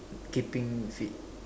keeping fit